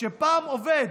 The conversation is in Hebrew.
שפעם עובד